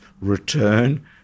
return